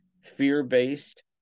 fear-based